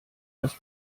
das